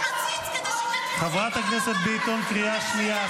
קריאה שנייה.